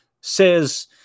says